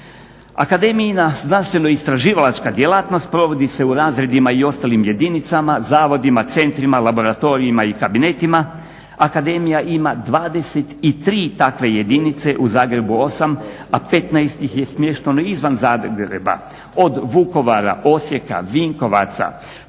Akademijina znanstveno-istraživačka djelatnost provodi se u razredima i ostalim jedinicama, zavodima, centrima, laboratorijima i kabinetima. Akademija ima 23 takve jedinice, u Zagrebu 8, a 15 ih je smješteno izvan Zagreba – od Vukovara, Osijeka, Vinkovaca potom